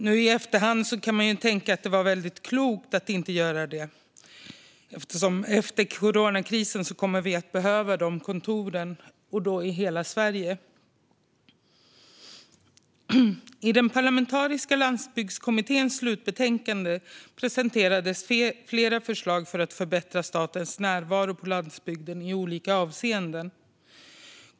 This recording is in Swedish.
Nu i efterhand kan man tänka att det var klokt att inte göra så eftersom vi efter coronakrisen kommer att behöva kontoren i hela Sverige. I den parlamentariska landsbygdskommitténs slutbetänkande presenterades flera förslag för att förbättra statens närvaro på landsbygden i olika avseenden.